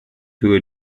through